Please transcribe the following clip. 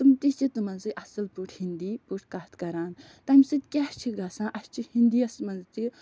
تِم تہِ چھِ تِمَن سۭتۍ اَصٕل پٲٹھۍ ہینٛدی پٲٹھۍ کَتھ کَران تَمہِ سۭتۍ کیٛاہ چھِ گژھان اَسہِ چھِ ہینٛدیَس منٛز تہِ